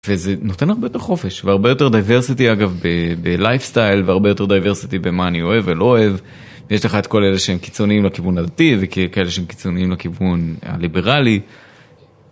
וזה נותן הרבה יותר חופש והרבה יותר דייברסיטי אגב בלייפ סטייל והרבה יותר דייברסיטי במה אני אוהב ולא אוהב. יש לך את כל אלה שהם קיצוניים לכיוון הדתי וכאלה שהם קיצוניים לכיוון הליברלי.